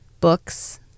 books